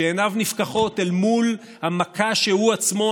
כשעיניו נפקחות אל מול המכה שהוא עצמו,